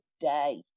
day